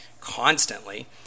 constantly